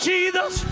Jesus